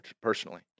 personally